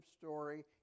story